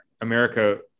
America